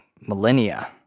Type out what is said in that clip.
millennia